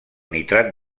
nitrat